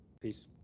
Peace